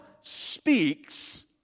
speaks